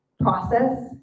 process